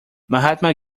mahatma